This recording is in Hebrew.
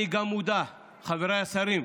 אני גם מודע, חבריי השרים,